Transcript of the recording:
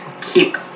keep